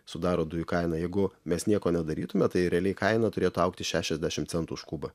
sudaro dujų kaina jeigu mes nieko nedarytume tai realiai kaina turėtų augti šešiasdešimt centų už kubą